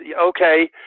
okay